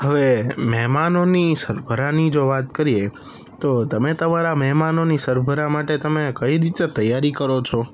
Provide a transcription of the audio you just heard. હવે મહેમાનોની સરભરાની જો વાત કરીએ તો તમે તમારા મહેમાનોની સરભરા માટે તમે કઈ રીતે તૈયારી કરો છો